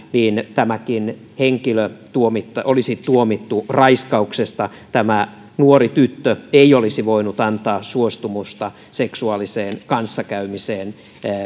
tämäkin henkilö olisi tuomittu raiskauksesta tämä nuori tyttö ei olisi voinut antaa suostumusta seksuaaliseen kanssakäymiseen